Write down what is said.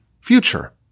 future